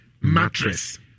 mattress